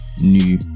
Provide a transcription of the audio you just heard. new